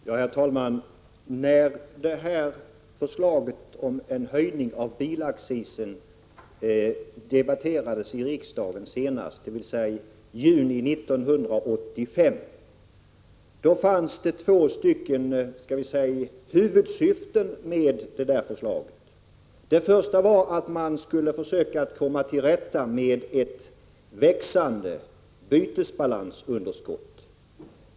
Herr talman! När förslag om höjning av bilaccisen debatterades i riksdagen senast, dvs. i juni 1985, fanns det två huvudsyften med förslaget. Det första syftet var att man skulle försöka komma till rätta med ett växande bytesbalansunderskott.